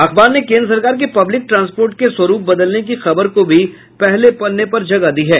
अखबार ने केंद्र सरकार के पब्लिक ट्रांसपोर्ट के स्वरूप बदलने की खबर को भी पहले पन्ने पर जगह दी है